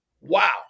wow